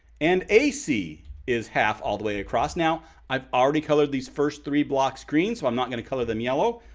and ac is half all the way across. now i've already colored these first three blocks green, so i'm not going to color them yellow.